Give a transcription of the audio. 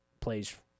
plays